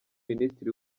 minisitiri